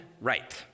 right